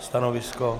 Stanovisko?